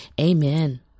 amen